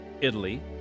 Italy